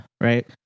Right